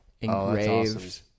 engraved